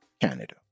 Canada